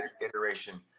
iteration